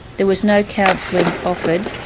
there was no counselling offered,